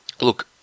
Look